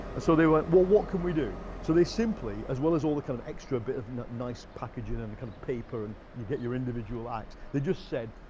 and so they went, well, what can we do? so they simply, as well as all the kind of extra bit of nice packaging and kind of paper and you get your individual ax, they just said,